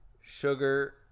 sugar